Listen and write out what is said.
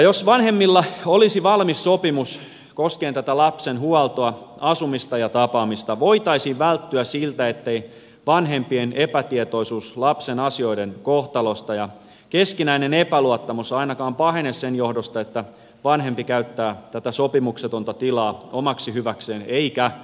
jos vanhemmilla olisi valmis sopimus koskien tätä lapsen huoltoa asumista ja tapaamista voitaisiin varmistaa se etteivät vanhempien epätietoisuus lapsen asioiden kohtalosta ja keskinäinen epäluottamus ainakaan pahene sen johdosta että vanhempi käyttää tätä sopimuksetonta tilaa omaksi hyväkseen eikä lapsen hyväksi